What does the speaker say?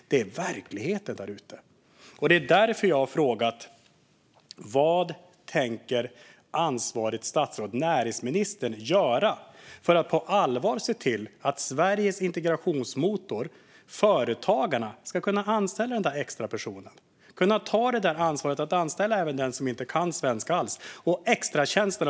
Detta är verkligheten där ute. Det är därför jag har frågat vad det ansvariga statsrådet - näringsministern - tänker göra för att på allvar se till att Sveriges integrationsmotor, det vill säga företagarna, ska kunna anställa den där extra personen och kunna ta ansvaret att anställa även den som inte kan svenska alls. Fru talman!